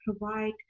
provide